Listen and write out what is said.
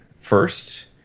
first